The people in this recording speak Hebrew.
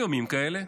יהיו ימים כאלה.